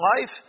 Life